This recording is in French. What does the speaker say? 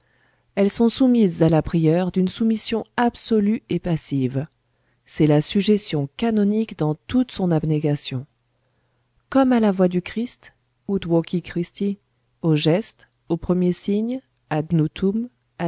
elles sont soumises à la prieure d'une soumission absolue et passive c'est la sujétion canonique dans toute son abnégation comme à la voix du christ ut voci christi au geste au premier signe